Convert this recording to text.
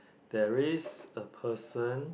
there is a person